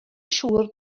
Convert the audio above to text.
siŵr